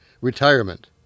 retirement